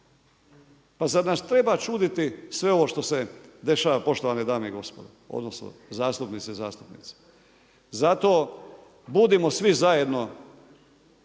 Pa zar nas treba čuditi sve ovo što se dešava, poštovane dame i gospodo odnosno, zastupnice i zastupnici. Zato, budimo svi zajedno.